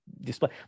display